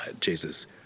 Jesus